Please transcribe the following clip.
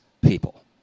people